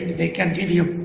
they can give you.